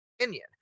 opinion